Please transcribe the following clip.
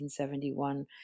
1971